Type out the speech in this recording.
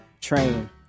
train